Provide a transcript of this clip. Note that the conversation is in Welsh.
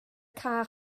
cae